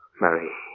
Marie